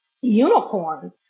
unicorn